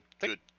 good